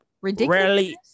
Ridiculous